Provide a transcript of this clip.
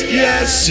yes